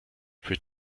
für